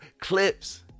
clips